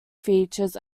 features